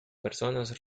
personas